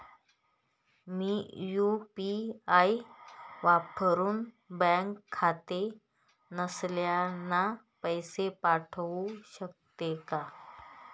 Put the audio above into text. मी UPI वापरुन bank खाते नसलेल्यांना पैसे पाठवू शकते का?